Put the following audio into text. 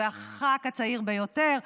הוא היה הח"כ הצעיר ביותר,